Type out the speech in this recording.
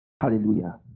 Hallelujah